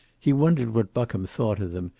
he wondered what buckham thought of them,